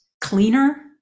cleaner